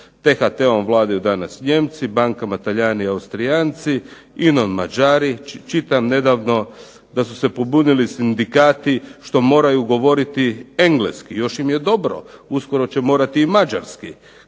T-HT-om vladaju danas Nijemci, bankama Talijani i Austrijanci, INA-om Mađari. Čitam nedavno da su se pobunili sindikati što moraju govoriti engleski. Još im je dobro, uskoro će morati i Mađarski.